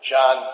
John